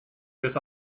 this